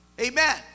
Amen